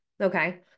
Okay